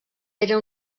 era